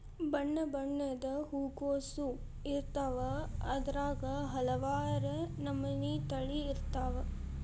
ಬಣ್ಣಬಣ್ಣದ ಹೂಕೋಸು ಇರ್ತಾವ ಅದ್ರಾಗ ಹಲವಾರ ನಮನಿ ತಳಿ ಇರ್ತಾವ